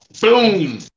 Boom